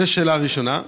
זו שאלה ראשונה.